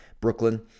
Brooklyn